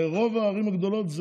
הרי הרוב בערים הגדולות,